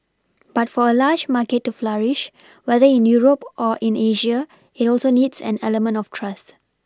but for a large market to flourish whether in Europe or in Asia it also needs an element of trust